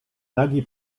nagi